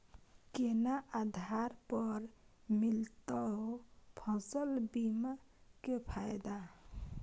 केना आधार पर मिलतै फसल बीमा के फैदा?